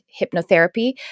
hypnotherapy